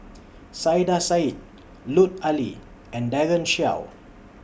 Saiedah Said Lut Ali and Daren Shiau